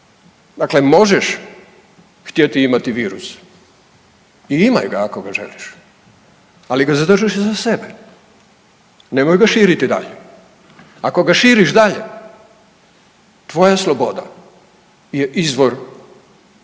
Dakle, možeš htjeti imati virus i imaj ga ako ga želiš, ali ga zadrži za sebe, nemoj ga širiti dalje. Ako ga širiš dalje tvoja sloboda je izvor